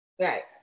right